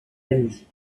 amis